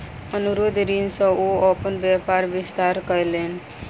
अनुरोध ऋण सॅ ओ अपन व्यापार के विस्तार कयलैन